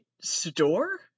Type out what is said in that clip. store